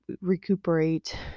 recuperate